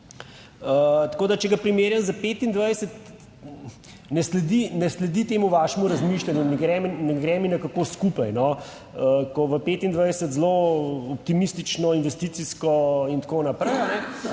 Tako, da, če ga primerjam s 2025 ne sledi temu vašemu razmišljanju, ne gre mi nekako skupaj, no, ko v 25 zelo optimistično investicijsko in tako naprej,